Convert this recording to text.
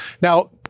Now